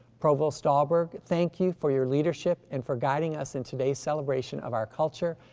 provost dahlberg, thank you for your leadership and for guiding us in today's celebration of our culture,